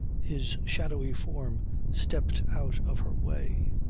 his shadowy form stepped out of her way,